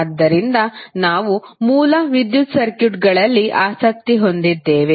ಆದ್ದರಿಂದ ನಾವು ಮೂಲ ವಿದ್ಯುತ್ ಸರ್ಕ್ಯೂಟ್ಗಳಲ್ಲಿ ಆಸಕ್ತಿ ಹೊಂದಿದ್ದೇವೆ